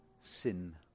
sin